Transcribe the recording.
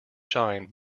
shine